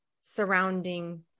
surrounding